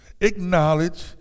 acknowledge